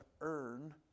earn